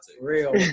real